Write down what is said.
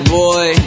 boy